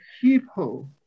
people